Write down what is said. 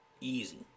easy